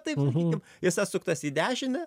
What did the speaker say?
tais sakykim jis atsuktas į dešinę